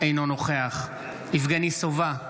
אינו נוכח יבגני סובה,